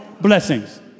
blessings